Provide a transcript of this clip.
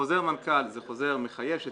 שחוזר מנכ"ל זה חוזר מחייב,